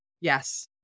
Yes